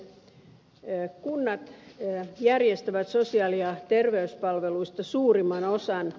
kunnat järjestävät sosiaali ja terveyspalveluista suurimman osan